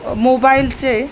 मोबाईलचे